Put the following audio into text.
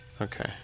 Okay